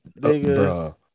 nigga